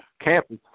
campus